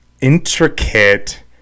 intricate